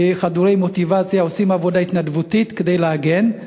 חדורי מוטיבציה, עושים עבודה התנדבותית כדי להגן.